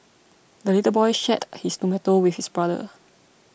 the little boy shared his tomato with his brother